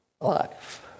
life